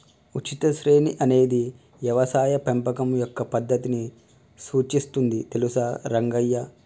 ఉచిత శ్రేణి అనేది యవసాయ పెంపకం యొక్క పద్దతిని సూచిస్తుంది తెలుసా రంగయ్య